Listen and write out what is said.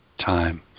time